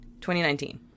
2019